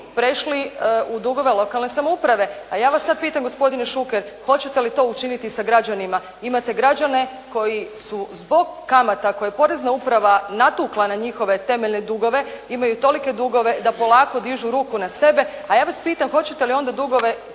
prešli u dugove lokalne samouprave. A ja vas sad pitam gospodine Šuker hoćete li to učiniti i sa građanima? Imate građane koji su zbog kamata koje je Porezna uprava natukla na njihove temeljne dugove imaju tolike dugove da polako dižu ruku na sebe. A ja vas pitam hoćete li onda dugove